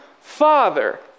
Father